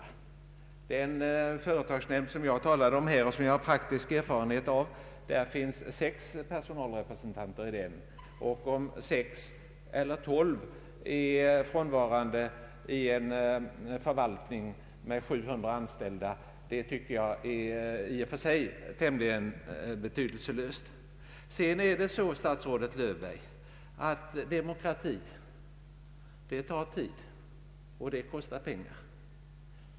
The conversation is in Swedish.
I den företagsnämnd som jag talade om och som jag har praktisk erfarenhet av finns sex personalrepresentanter, och om sex eller tolv är frånvarande i en förvaltning med 700 anställda tycker jag i och för sig är tämligen betydelselöst. Vidare är det så, statsrådet Löfberg, att demokrati tar tid och kostar pengar.